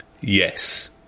Yes